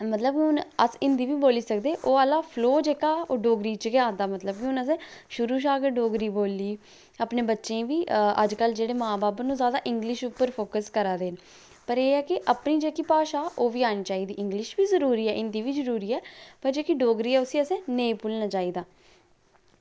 मतलब हून अस हिंदी बी बोल्ली सकदे ओह् आह्ला फ्लो जेह्का डोगरी बिच गै आंदा ते हून मतलब शुरू कशा गै डोगरी बोल्ली ते अपने बच्चें बी ओह् जेह्के मां बब्ब न ओह् इंगलिश बिच फोक्स करा दे न पर एह् ऐ की अपनी जेह्की भाशा ओह्बी आनी चाहिदी इंगलिश बी जरूरी ऐ हिंदी बी जरूरी ऐ पर जेह्की डोगरी ऐ उसी असें नेईं भुल्लना चाहिदा